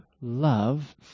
love